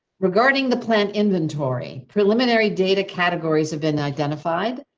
regarding the plant inventory, preliminary data categories have been identified.